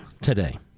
today